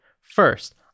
first